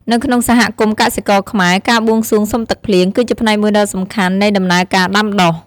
នៅក្នុងសហគមន៍កសិករខ្មែរ ការបួងសួងសុំទឹកភ្លៀង គឺជាផ្នែកមួយដ៏សំខាន់នៃដំណើរការដាំដុះ។